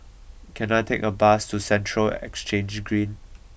can I take a bus to Central Exchange Green